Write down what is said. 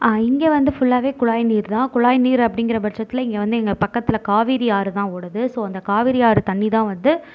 இங்கே வந்து ஃபுல்லாகவே குழாய்நீர் தான் குழாய்நீர் அப்படிங்குற பட்சத்தில் இங்கே வந்து இங்கே பக்கத்தில் காவிரி ஆறு தான் ஓடுது ஸோ அந்த காவேரி ஆறு தண்ணி தான் வந்து